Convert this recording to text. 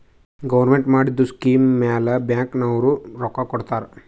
government ಮಾಡಿದು scheme ಮ್ಯಾಲ bank ನವ್ರು ರೊಕ್ಕಾ ಕೊಡ್ತಾರ್